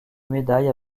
médailles